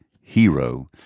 hero